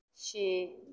ਛੇ